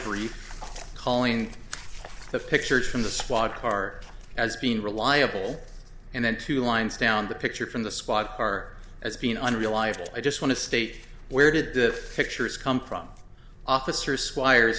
you calling the pictures from the squad car as being reliable and then two lines down the picture from the squad car as being unreliable i just want to state where did the pictures come from officer squires